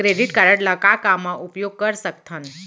Credit card ला का का मा उपयोग कर सकथन?